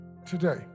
Today